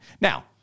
Now